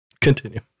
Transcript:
Continue